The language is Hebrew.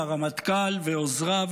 לרמטכ"ל ועוזריו,